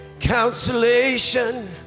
consolation